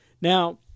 Now